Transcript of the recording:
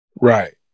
Right